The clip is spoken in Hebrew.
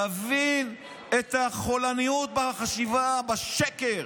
תבין את החולניות בחשיבה, בשקר.